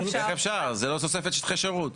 זה עוד תוספת שטחי שירות.